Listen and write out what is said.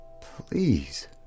Please